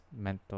mental